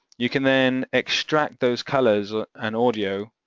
you can then extract those colours and audio